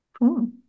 Cool